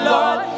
Lord